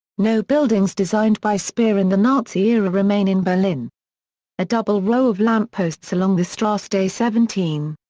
no buildings designed by speer in the nazi era remain in berlin a double row of lampposts along the strasse des seventeen.